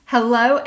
Hello